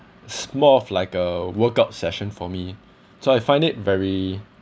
it's more of like a workout session for me so I find it very